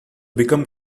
become